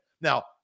Now